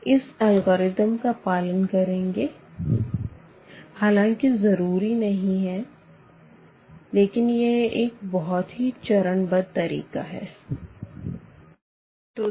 इस अल्गोरिथम का पालन करेंगे हालांकि यह जरुरी लेकिन यह एक बहुत ही चरणबद्ध तरीका है